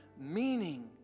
meaning